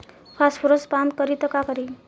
Phosphorus पान करी त का करी?